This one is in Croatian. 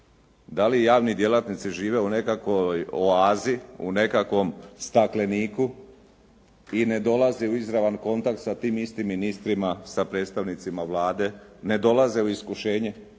Da li javni djelatnici žive u nekakvoj oazi, u nekakvom stakleniku i ne dolazi u izravan kontakt sa tim istim ministrima, sa predstavnicima Vlade, ne dolaze u iskušenje.